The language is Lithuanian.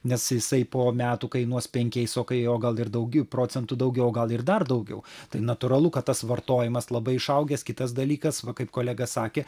nes jisai po metų kainuos penkiais o kai o gal ir daugiau procentų daugiau o gal ir dar daugiau tai natūralu kad tas vartojimas labai išaugęs kitas dalykas va kaip kolega sakė